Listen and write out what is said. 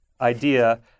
idea